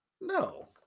No